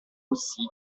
aussi